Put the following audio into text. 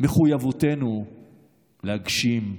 מחויבותנו להגשים,